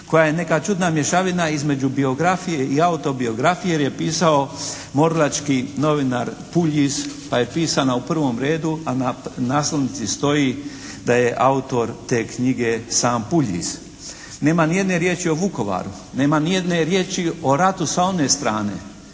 koja je neka čudna mješavina između biografije i autobiografije jer je pisao … /Govornik se ne razumije./ … novinar Puljiz pa je pisana u prvom redu a u naslovnici stoji da je autor te knjige sam Puljiz. Nema ni jedne riječi o Vukovaru. Nema ni jedne riječi o ratu sa one strane.